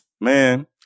Man